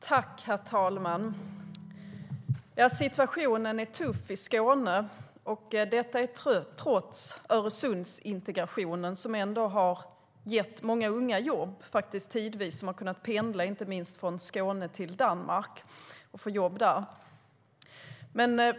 Herr talman! Situationen är tuff i Skåne, detta trots Öresundsintegrationen som tidvis ändå har gett många unga jobb - de har kunnat pendla från Skåne till Danmark och få jobb där.